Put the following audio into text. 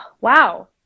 wow